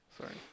Sorry